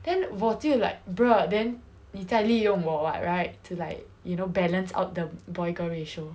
then 我就 like bruh then 妳再利用我 [what] right to like you know balance out the boy girl ratio